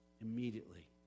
immediately